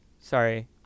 Sorry